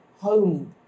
home